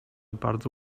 bardzo